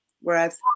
whereas